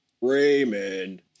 Raymond